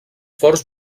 forts